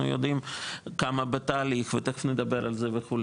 יודעים כמה בתהליך ותיכף נדבר על זה.